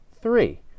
Three